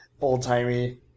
old-timey